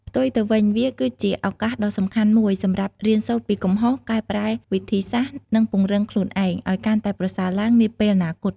ផ្ទុយទៅវិញ វាគឺជា ឱកាសដ៏សំខាន់មួយដើម្បីរៀនសូត្រពីកំហុស កែប្រែវិធីសាស្រ្ត និងពង្រឹងខ្លួនឯង ឲ្យកាន់តែប្រសើរឡើងនាពេលអនាគត។